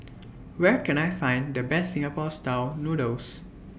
Where Can I Find The Best Singapore Style Noodles